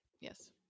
yes